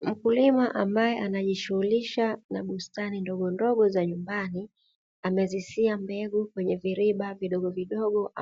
Mkulima ambaye anajishughulisha na bustani ndogondogo za nyumbani, amezisiha mbegu kwenye viriba vidogovidogo